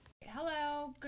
Hello